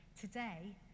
today